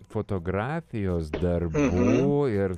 fotografijos darbų ir